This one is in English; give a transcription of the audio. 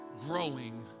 growing